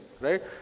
right